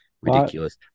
Ridiculous